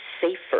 safer